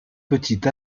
petits